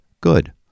Good